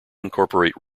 incorporate